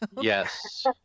Yes